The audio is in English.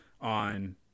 on